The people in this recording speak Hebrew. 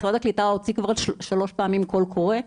משרד הקליטה הוציא כבר שלוש פעמים קול קורא,